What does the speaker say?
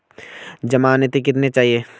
ज़मानती कितने चाहिये?